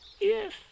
Yes